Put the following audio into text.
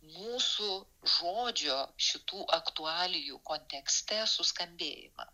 mūsų žodžio šitų aktualijų kontekste suskambėjimą